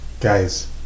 guys